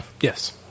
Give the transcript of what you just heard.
Yes